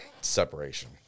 separation